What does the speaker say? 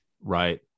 right